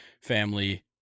Family